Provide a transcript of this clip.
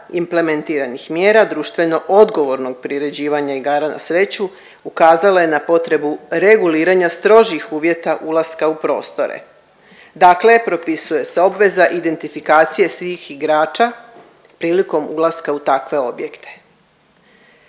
implementiranih mjera društveno odgovornog priređivanja igara na sreću ukazala je na potrebu reguliranja strožih uvjeta ulaska u prostore, dakle propisuje se obveza identifikacije svih igrača prilikom ulaska u takve objekte.